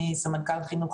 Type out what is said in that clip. אני סמנכ"ל חינוך,